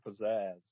pizzazz